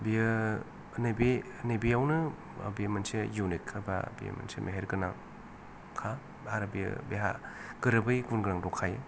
बेयो नैबेयावनो बे मोनसे इउनिक खाबा बे मोनसे मेहेर गोनांखा आरो बियो बेहा गोरोबै गुन गोनां दंखायो